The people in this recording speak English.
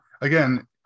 again